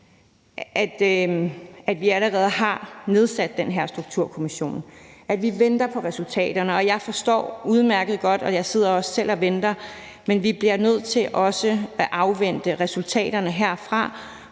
at vi allerede har nedsat den her Sundhedsstrukturkommission; at vi venter på resultaterne. Jeg forstår udmærket godt utålmodigheden, og jeg sidder også selv og venter, men vi bliver nødt til at afvente resultaterne herfra